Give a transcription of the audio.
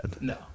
No